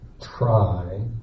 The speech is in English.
try